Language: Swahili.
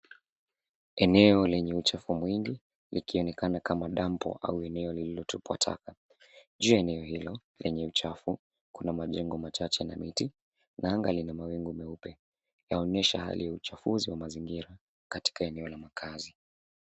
Eneo lenye uchafu mwingi likionekana kama dampu ama eneo lililotupwa taka. Juu ya eneo hilo lenye uchafu, kuna majengo machache na miti, na anga lina mawingu meupe. Yaonyesha hali ya uchafuzi wa mazingira katika eneo la makazi.